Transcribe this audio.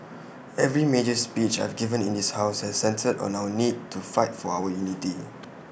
every major speech I've given in this house has centred on our need to fight for our unity